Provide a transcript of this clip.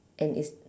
and it's